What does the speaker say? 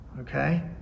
Okay